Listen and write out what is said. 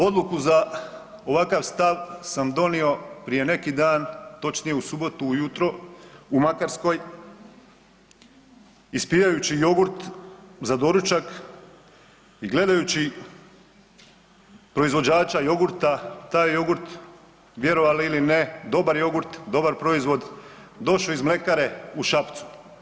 Odluku za ovakav stav sam donio prije neki dan, točnije u subotu u jutro u Makarskoj ispijajući jogurt za doručak i gledajući proizvođača jogurta taj jogurt vjerovali ili ne, dobar jogurt, dobar proizvod došao iz mljekare u Šabcu.